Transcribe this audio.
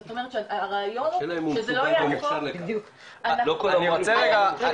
זאת אומרת שהרעיון הוא --- אני רוצה רגע,